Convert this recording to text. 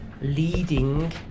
leading